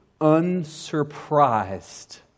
unsurprised